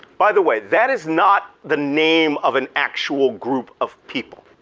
by the way, that is not the name of an actual group of people.